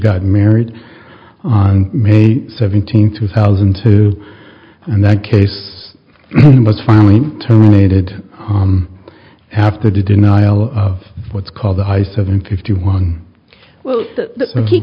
got married on may seventeenth two thousand two and the case was finally terminated after a denial of what's called the high seven fifty one well the